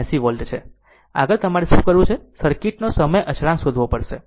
આગળ તમારે શું કરવું છે સર્કિટ નો સમય અચળાંક શોધવો પડશે